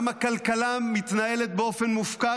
גם הכלכלה מתנהלת באופן מופקר,